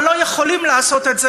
אבל לא יכולים לעשות את זה,